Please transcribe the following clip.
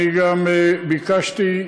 גם ביקשתי,